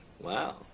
Wow